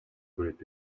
хүрээд